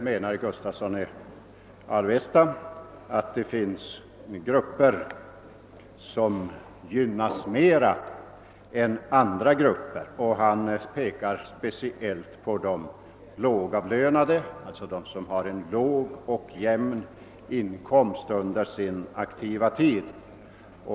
Herr Gustavsson i Alvesta menar att vissa grupper gynnas mer än andra grupper. Han pekar speciellt på de lågavlönade, d.v.s. de personer som har en låg och jämn inkomst under sin aktiva tid.